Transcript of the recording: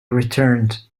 returned